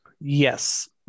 Yes